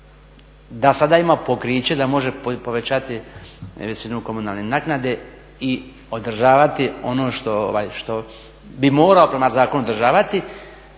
da sada ima pokriće da može povećati visinu komunalne naknade i održavati ono što bi morao prema zakonu održavati.